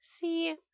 See